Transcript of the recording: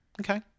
Okay